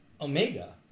Omega